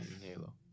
Halo